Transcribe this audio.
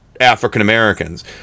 African-Americans